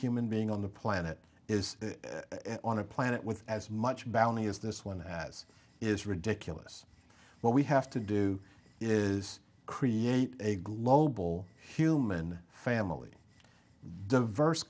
human being on the planet is on a planet with as much bally as this one as is ridiculous what we have to do is create a global human family diverse